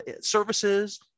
services